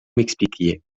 m’expliquiez